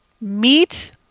Meat